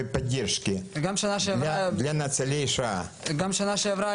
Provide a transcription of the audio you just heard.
גם שנה שעברה